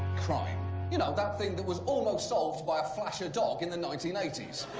you know that thing that was almost solved by a flasher dog in the nineteen eighty s.